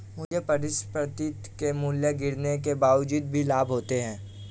मुझे परिसंपत्ति के मूल्य गिरने के बावजूद भी लाभ हुआ था